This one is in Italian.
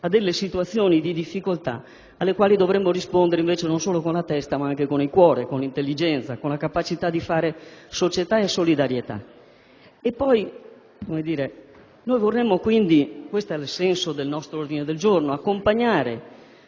a situazioni di difficoltà alle quali bisognerebbe rispondere non solo con la testa ma anche con il cuore, con intelligenza e con la capacità di fare società e solidarietà. Poi, vorremmo - e questo è il senso del nostro ordine del giorno - accompagnare